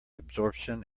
absorption